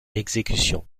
exécution